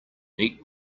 neat